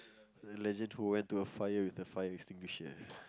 a legend who went to a fire with a fire extinguisher